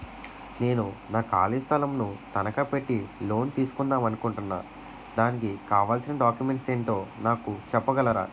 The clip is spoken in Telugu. నేను నా ఖాళీ స్థలం ను తనకా పెట్టి లోన్ తీసుకుందాం అనుకుంటున్నా దానికి కావాల్సిన డాక్యుమెంట్స్ ఏంటో నాకు చెప్పగలరా?